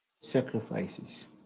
sacrifices